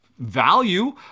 value